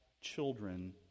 children